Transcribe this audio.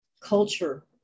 culture